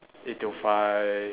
eight till five